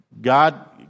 God